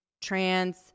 trans